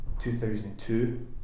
2002